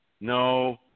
No